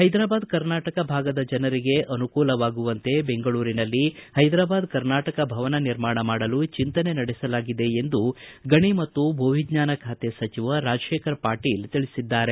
ಹೈದಾರಾಬಾದ್ ಕರ್ನಾಟಕ ಭಾಗದ ಜನರಿಗೆ ಅನುಕೂಲವಾಗುವಂತೆ ಬೆಂಗಳೂರಿನಲ್ಲಿ ಹೈದಾರಾಬಾದ್ ಕರ್ನಾಟಕ ಭವನ ನಿರ್ಮಾಣ ಮಾಡಲು ಚಿಂತನೆ ನಡೆಸಲಾಗಿದೆ ಎಂದು ಗಣಿ ಮತ್ತು ಭೂ ವಿಜ್ವಾನ ಖಾತೆ ಸಚಿವ ರಾಜಶೇಖರ್ ಪಾಟೀಲ್ ತಿಳಿಸಿದ್ದಾರೆ